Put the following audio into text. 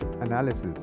Analysis